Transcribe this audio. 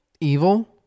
Evil